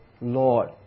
Lord